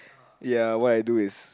ya what I do is